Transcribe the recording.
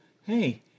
hey